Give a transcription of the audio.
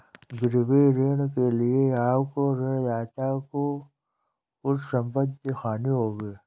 गिरवी ऋण के लिए आपको ऋणदाता को कुछ संपत्ति दिखानी होगी